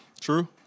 True